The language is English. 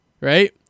Right